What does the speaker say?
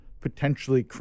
potentially